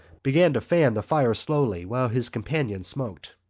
began to fan the fire slowly while his companion smoked.